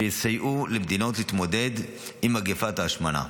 שיסייעו למדינות להתמודד עם מגפת ההשמנה,